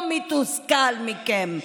הציבור כולו מתוסכל מכם.